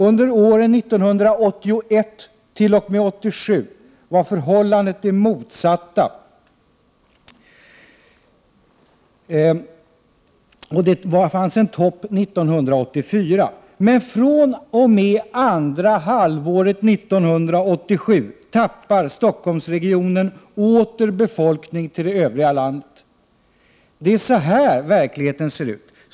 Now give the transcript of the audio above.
Under åren 1981-1987 var förhållandet det motsatta med en topp 1984. fr.o.m. andra halvåret 1987 tappar Stockholmsregionen åter befolkning till det övriga landet. Det är så här verkligheten ser ut.